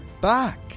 back